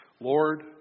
Lord